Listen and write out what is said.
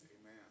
Amen